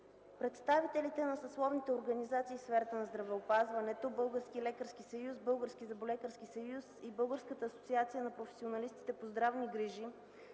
Представителите на съсловните организации в сферата на здравеопазването, Българският лекарски съюз, Българският зъболекарски съюз и Българската асоциация на професионалистите по здравни грижи